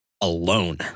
alone